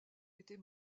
était